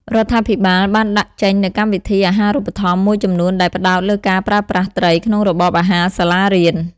រដ្ឋាភិបាលបានដាក់ចេញនូវកម្មវិធី អាហារូបត្ថម្ភ មួយចំនួនដែលផ្តោតលើការប្រើប្រាស់ត្រីក្នុងរបបអាហារសាលារៀន។